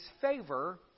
favor